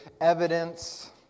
Evidence